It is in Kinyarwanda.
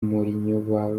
mourinho